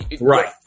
Right